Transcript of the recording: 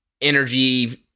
energy